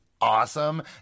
awesome